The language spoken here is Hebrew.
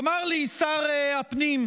תאמר לי, שר הפנים,